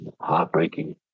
heartbreaking